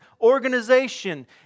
organization